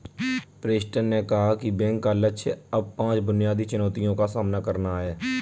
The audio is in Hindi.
प्रेस्टन ने कहा कि बैंक का लक्ष्य अब पांच बुनियादी चुनौतियों का सामना करना है